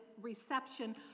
reception